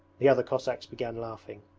the other cossacks began laughing.